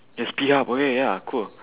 there's P hub okay ya cool